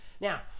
now